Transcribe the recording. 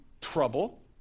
trouble